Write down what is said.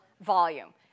volume